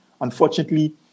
Unfortunately